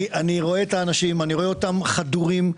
אני רואה את הנשים והגברים איך הם חדורים.